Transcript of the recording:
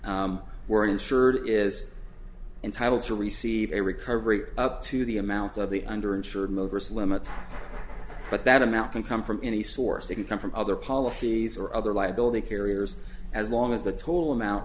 net were insured is entitled to receive a recovery up to the amount of the under insured motorists limit but that amount can come from any source of income from other policies or other liability carriers as long as the total amount